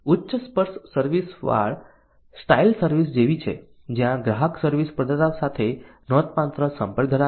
ઉચ્ચ સ્પર્શ સર્વિસ વાળ સ્ટાઇલ સર્વિસ જેવી છે જ્યાં ગ્રાહક સર્વિસ પ્રદાતા સાથે નોંધપાત્ર સંપર્ક ધરાવે છે